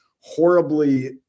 horribly